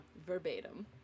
verbatim